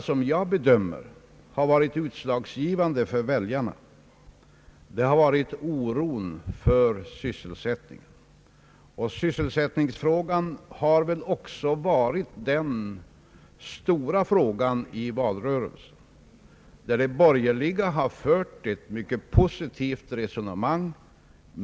Som jag bedömer saken har den utslagsgivande frågan för väljarna varit oron för sysselsättningen. Sysselsättningen har också varit den stora fråga i valrörelsen, om vilken de borgerliga fört ett mycket positivt resonemang.